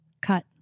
Cut